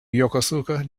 yokosuka